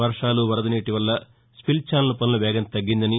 వర్షాలు వరద నీటి వల్ల స్పిల్ ఛానల్ పనుల వేగం తగ్గిందని